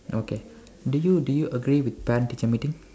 okay do you do you agree with parent teacher meeting